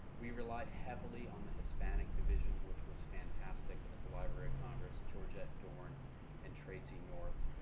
we relied heavily on the hispanic division, which was fantastic at the library of congress, georgette dorne and tracy north.